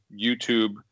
YouTube